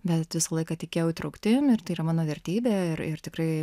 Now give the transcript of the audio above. bet visą laiką tikėjau įtrauktim ir tai yra mano vertybė ir ir tikrai